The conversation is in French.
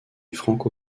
franco